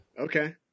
Okay